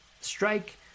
strike